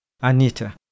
Anita